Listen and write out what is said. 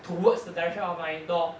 towards the direction of my door